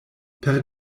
per